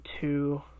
two